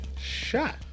shot